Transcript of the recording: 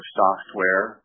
software